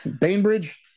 Bainbridge